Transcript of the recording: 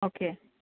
okay